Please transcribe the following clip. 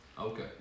Okay